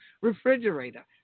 refrigerator